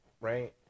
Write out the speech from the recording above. right